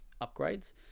upgrades